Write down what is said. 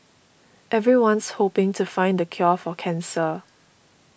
everyone's hoping to find the cure for cancer